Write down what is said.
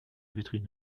vitrine